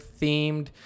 themed